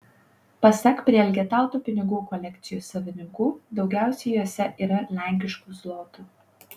pasak prielgetautų pinigų kolekcijų savininkų daugiausiai jose yra lenkiškų zlotų